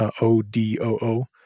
O-D-O-O